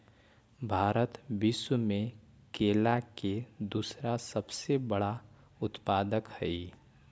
भारत विश्व में केला के दूसरा सबसे बड़ा उत्पादक हई